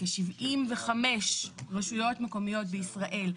כ-75 רשויות מקומיות בישראל,